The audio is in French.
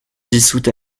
dissoute